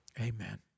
Amen